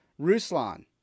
Ruslan